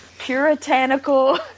Puritanical